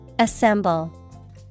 Assemble